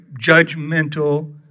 judgmental